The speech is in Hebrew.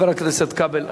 חבר הכנסת כבל.